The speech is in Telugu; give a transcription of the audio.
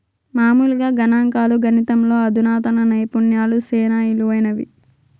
మామూలుగా గణంకాలు, గణితంలో అధునాతన నైపుణ్యాలు సేనా ఇలువైనవి